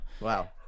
Wow